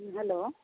hello